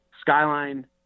skyline